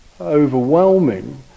overwhelming